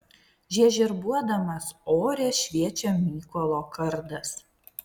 žiežirbuodamas ore šviečia mykolo kardas